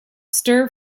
stir